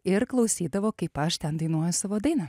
ir klausydavo kaip aš ten dainuoju savo dainą